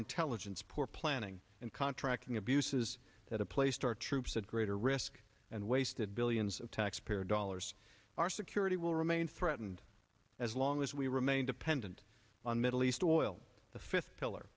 intelligence poor planning and contracting abuses that have placed our troops at greater risk and wasted billions of taxpayer dollars our security will remain threatened as long as we remain dependent on middle east oil the fifth pillar